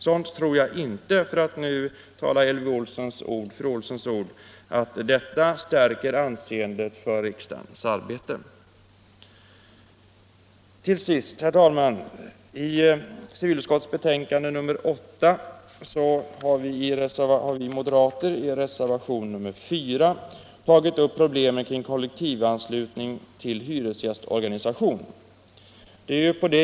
Sådant tror jag inte, för att nu tala med fru Olssons i Hölö ord, stärker riksdagsarbetets anseende. Till sist, herr talman, har vi moderater i reservationen 4 vid civilutskottets betänkande nr 8 tagit upp problemen kring kollektivanslutning till hyresgästorganisation.